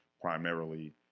primarily